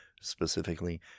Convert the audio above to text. specifically